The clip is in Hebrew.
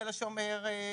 תל השומר,